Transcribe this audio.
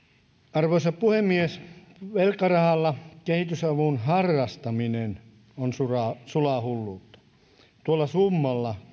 arvoisa puhemies velkarahalla kehitysavun harrastaminen on sulaa hulluutta tuolla summalla